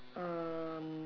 um